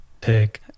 take